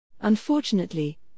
Unfortunately